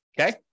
okay